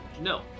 No